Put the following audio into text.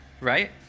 right